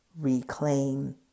Reclaim